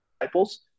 disciples